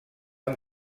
han